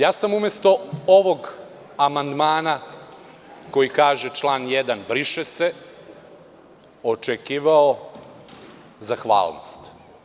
Ja sam umesto ovog amandmana koji kaže – član 1, briše se; očekivao zahvalnost.